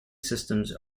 systems